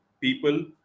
people